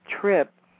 trip